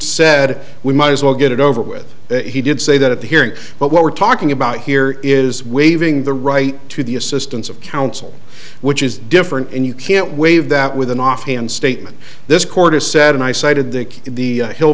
said we might as well get it over with that he did say that at the hearing but what we're talking about here is waiving the right to the assistance of counsel which is different and you can't waive that with an offhand statement this court has said and i